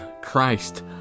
christ